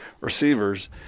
receivers